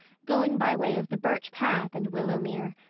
going by way of the birch path and willowmere.